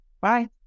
Bye